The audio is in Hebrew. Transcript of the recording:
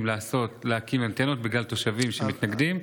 להקים אנטנות בגלל תושבים שמתנגדים.